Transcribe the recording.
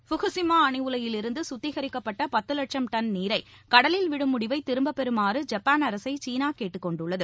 Fukushima அனு உலையில் இருந்து குத்திரிக்கப்பட்ட பத்து வட்சம் டன் நீரை கடலில் விடும் முடிவை திரும்ப பெறுமாறு ஜப்பான் அரசை சீனா கேட்டுக்கொண்டுள்ளது